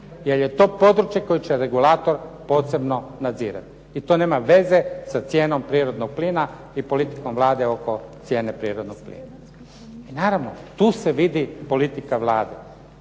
jer je to područje koje će regulator posebno nadzirati i to nema veze sa cijenom prirodnog plina i politikom Vlade oko cijene prirodnog plina. I naravno, tu se vidi politika Vlade.